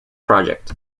project